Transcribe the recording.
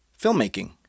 filmmaking